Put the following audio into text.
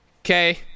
okay